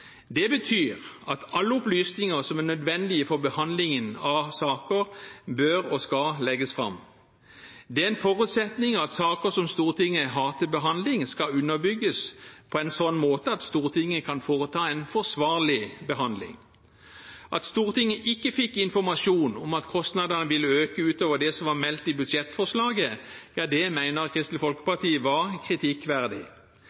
Det betyr at alle opplysninger som er nødvendige for behandlingen av saker, bør og skal legges fram. Det er en forutsetning at saker som Stortinget har til behandling, skal underbygges på en slik måte at Stortinget kan foreta en forsvarlig behandling. At Stortinget ikke fikk informasjon om at kostnadene ville øke utover det som var meldt i budsjettforslaget, mener Kristelig